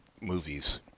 movies